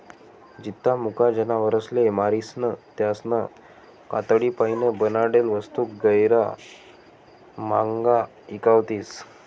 जित्ता मुका जनावरसले मारीसन त्यासना कातडीपाईन बनाडेल वस्तू गैयरा म्हांग्या ईकावतीस